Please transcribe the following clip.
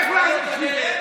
איך לעזור להם,